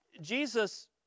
Jesus